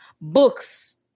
books